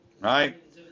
Right